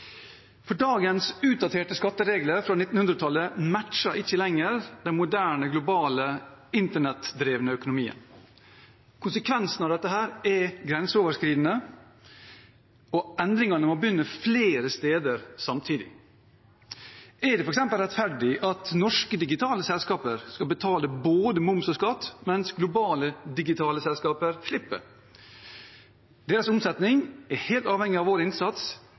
Dagens utdaterte skatteregler fra 1900-tallet matcher ikke lenger den moderne, globale internettdrevne økonomien. Konsekvensene av dette er grenseoverskridende, og endringene må begynne flere steder samtidig. Er det f.eks. rettferdig at norske digitale selskaper skal betale både moms og skatt, mens globale digitale selskaper slipper? Deres omsetning er helt avhengig av vår innsats,